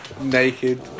naked